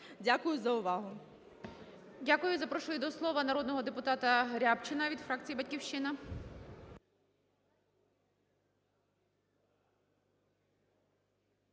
Дякую за увагу.